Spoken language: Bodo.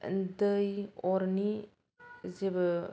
दै अरनि जेबो